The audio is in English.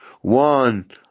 one